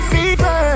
Fever